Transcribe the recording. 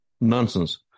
Nonsense